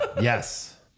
Yes